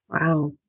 Wow